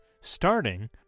starting